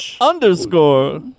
underscore